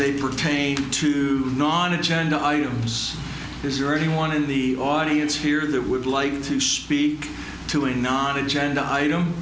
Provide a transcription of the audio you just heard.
they pertain to non agenda items is there anyone in the audience here that would like to speak to a non agenda item